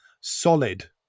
solid